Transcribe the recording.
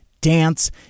dance